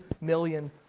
million